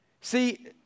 See